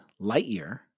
Lightyear